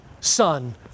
son